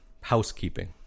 housekeeping